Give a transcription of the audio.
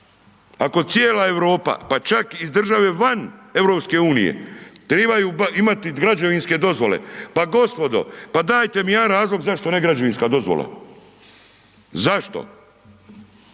Ako cijela Europa pa čak iz države van EU-a trebaju imati građevinske dozvole, pa gospodo, pa dajte mi jedan razlog zašto ne građevinska dozvola. Zašto?